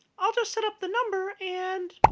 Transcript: i'll just set up the number. and